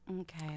Okay